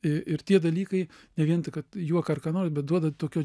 ir tie dalykai ne vien tik kad juoką ar ką nors bet duoda tokio